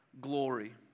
glory